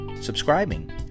subscribing